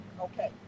okay